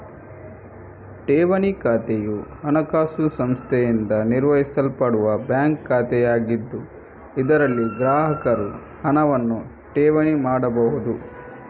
ಠೇವಣಿ ಖಾತೆಯು ಹಣಕಾಸು ಸಂಸ್ಥೆಯಿಂದ ನಿರ್ವಹಿಸಲ್ಪಡುವ ಬ್ಯಾಂಕ್ ಖಾತೆಯಾಗಿದ್ದು, ಇದರಲ್ಲಿ ಗ್ರಾಹಕರು ಹಣವನ್ನು ಠೇವಣಿ ಮಾಡಬಹುದು